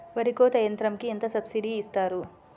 వరి కోత యంత్రంకి ఎంత సబ్సిడీ ఇస్తారు?